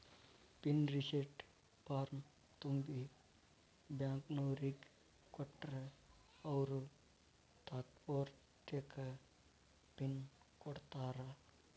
pin reset ಫಾರ್ಮ್ನ ತುಂಬಿ ಬ್ಯಾಂಕ್ನೋರಿಗ್ ಕೊಟ್ರ ಅವ್ರು ತಾತ್ಪೂರ್ತೆಕ ಪಿನ್ ಕೊಡ್ತಾರಾ